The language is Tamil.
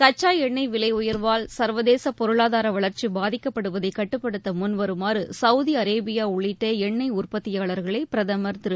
கச்சா எண்ணெய் விலை உயர்வால் சர்வதேச பொருளதார வளர்ச்சி பாதிக்கப்படுவதை கட்டுப்படுத்த முன்வருமாறு சவுதி அரேபியா உள்ளிட்ட எண்ணெய் உற்பத்தியாளர்களை பிரதமர் திரு